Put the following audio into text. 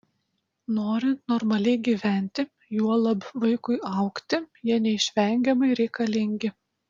norint normaliai gyventi juolab vaikui augti jie neišvengiamai reikalingi